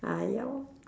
ah ya lor